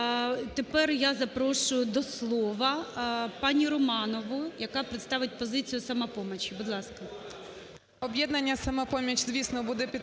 Тепер я запрошую до слова пані Романову, яка представить позицію "Самопомочі".